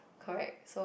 correct so